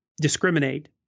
discriminate